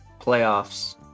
playoffs